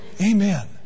Amen